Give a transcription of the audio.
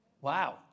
Wow